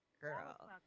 girl